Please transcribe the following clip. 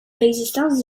l’existence